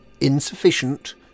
Insufficient